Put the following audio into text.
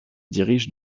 dirige